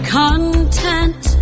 content